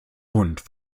und